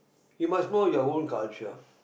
you must know your own culture